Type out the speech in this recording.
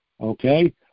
okay